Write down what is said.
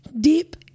Deep